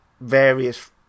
various